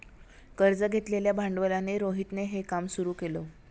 कर्ज घेतलेल्या भांडवलाने रोहितने हे काम सुरू केल